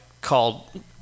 called